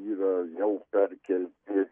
yra jau perkelti